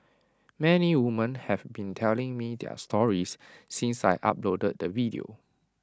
many women have been telling me their stories since I uploaded the video